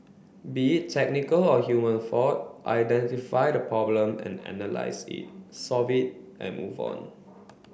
be it technical or human fault identify the problem and analyse it solve it and move on